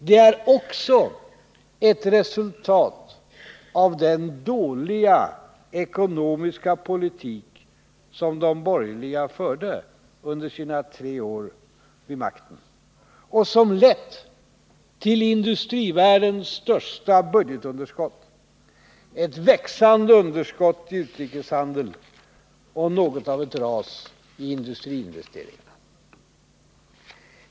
De är också ett resultat av den dåliga ekonomiska politik som de borgerliga partierna förde under sina tre år vid makten och som lett till industrivärldens största budgetunderskott, ett växande underskott i utrikeshandeln och något av ett ras i industriinvesteringarna.